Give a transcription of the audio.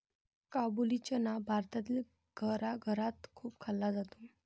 काबुली चना भारतातील घराघरात खूप खाल्ला जातो